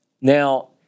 Now